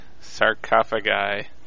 sarcophagi